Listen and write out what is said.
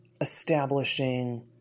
establishing